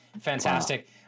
fantastic